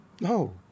no